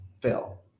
fail